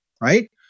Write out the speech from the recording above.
right